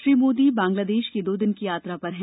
श्री मोदी बांग्लादेश की दो दिन की यात्रा पर है